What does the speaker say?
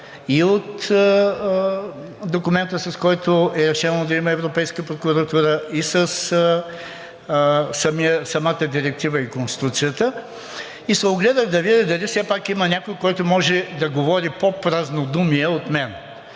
от документа, с който е решението да има Европейска прокуратура, и самата директива, и Конституцията, и се огледах да видя дали все пак има някой, който може да говори пό празнодумие от мен.